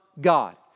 God